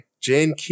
Jane